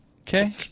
Okay